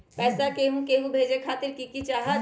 पैसा के हु के भेजे खातीर की की चाहत?